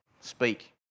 speak